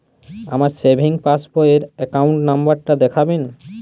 আমার সেভিংস পাসবই র অ্যাকাউন্ট নাম্বার টা দেখাবেন?